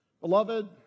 Beloved